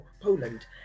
Poland